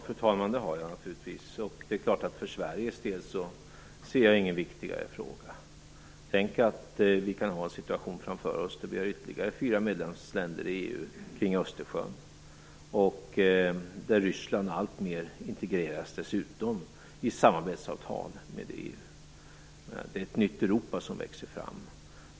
Fru talman! Det har jag naturligtvis, och för Sveriges del ser jag ingen viktigare fråga. Tänk er att vi kan ha en situation framför oss då vi har ytterligare fyra medlemsländer i EU kring Östersjön och då dessutom Ryssland alltmer integreras i samarbetsavtal med EU. Det är ett nytt Europa som växer fram.